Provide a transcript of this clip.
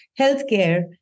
healthcare